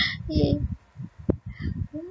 !yay!